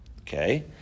Okay